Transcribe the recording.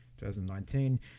2019